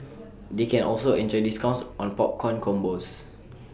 they can also enjoy discounts on popcorn combos